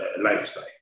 lifestyle